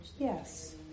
Yes